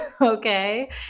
Okay